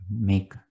make